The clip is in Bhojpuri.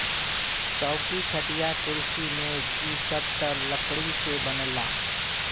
चौकी, खटिया, कुर्सी मेज इ सब त लकड़ी से बनला